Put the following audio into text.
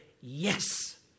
yes